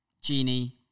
Genie